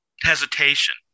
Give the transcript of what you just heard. hesitation